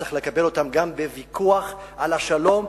צריך לקבל אותם גם בוויכוח על השלום.